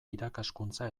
irakaskuntza